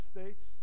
States